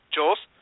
Jules